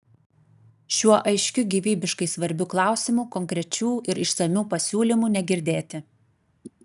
šiuo aiškiu gyvybiškai svarbiu klausimu konkrečių ir išsamių pasiūlymų negirdėti